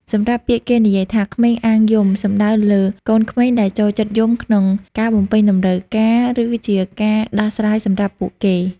សម្រាប់ពាក្យគេនិយាយថា "ក្មេងអាងយំ" សំដៅលើកូនក្មេងដែលចូលចិត្តយំក្នុងការបំពេញតម្រូវការឬជាការដោះស្រាយសម្រាប់ពួកគេ។